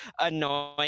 annoying